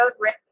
Road